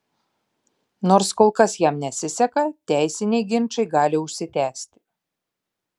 nors kol kas jam nesiseka teisiniai ginčai gali užsitęsti